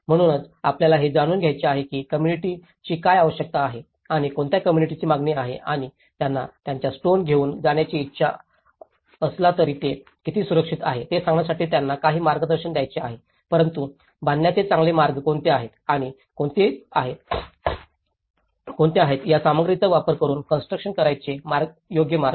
म्हणूनच आपल्याला हे जाणून घ्यायचे आहे की कोम्मुनिटीची काय आवश्यकता आहे आणि कोणत्या कोम्मुनिटीची मागणी आहे आणि आता त्यांना स्टोन घेऊन जाण्याची इच्छा असला तरी ते किती सुरक्षित आहे हे सांगण्यासाठी त्यांना काही मार्गदर्शन द्यायचे आहे परंतु बांधण्याचे चांगले मार्ग कोणते आहेत आणि कोणते आहेत या सामग्रीचा वापर करून कॉन्स्ट्रुकशन करण्याचे योग्य मार्ग